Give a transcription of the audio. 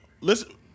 Listen